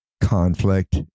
conflict